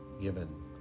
given